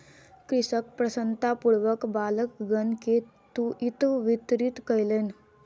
कृषक प्रसन्नतापूर्वक बालकगण के तूईत वितरित कयलैन